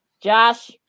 Josh